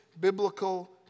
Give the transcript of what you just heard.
biblical